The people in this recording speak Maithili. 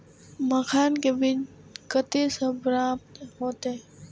मखान के बीज कते से प्राप्त हैते?